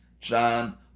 John